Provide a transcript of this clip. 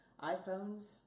iPhones